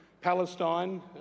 Palestine